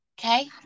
okay